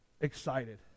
excited